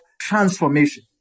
transformation